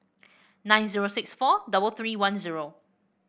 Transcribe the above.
nine zero six four double three one zero